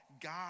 God